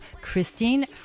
Christine